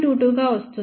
22 గా వస్తుంది